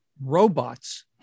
robots